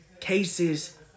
cases